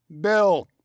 Bill